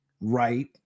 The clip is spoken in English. right